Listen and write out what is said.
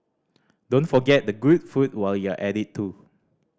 don't forget the good food while you're at it too